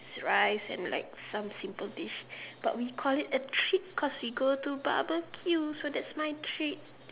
rice and like some simple dish but we call it a treat because we go to barbecue so that's my treat